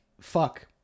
fuck